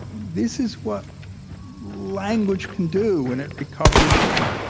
this is what language can do when it recovers from